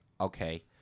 okay